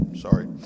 sorry